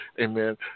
Amen